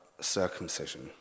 circumcision